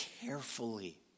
carefully